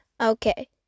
Okay